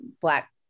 Black